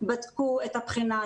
בדקו את הבחינה,